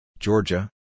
Georgia